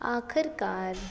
ਆਖਰਕਾਰ